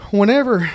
whenever